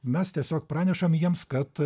mes tiesiog pranešam jiems kad